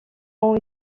ont